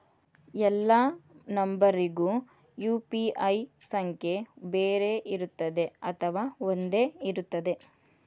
ಎಲ್ಲಾ ನಂಬರಿಗೂ ಯು.ಪಿ.ಐ ಸಂಖ್ಯೆ ಬೇರೆ ಇರುತ್ತದೆ ಅಥವಾ ಒಂದೇ ಇರುತ್ತದೆ?